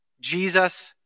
Jesus